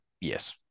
yes